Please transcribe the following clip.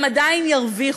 הם עדיין ירוויחו.